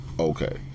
okay